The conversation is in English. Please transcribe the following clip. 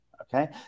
Okay